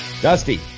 dusty